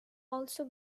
also